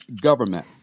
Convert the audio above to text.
government